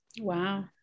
Wow